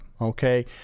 Okay